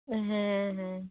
ᱦᱮᱸ ᱦᱮᱸ